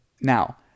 Now